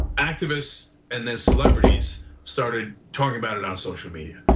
activists and then celebrities started talking about it on social media.